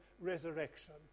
resurrection